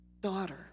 Daughter